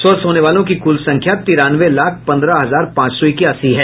स्वस्थ होने वालों की कुल संख्या तिरानवे लाख पंद्रह हजार पांच सौ इक्यासी है